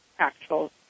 actual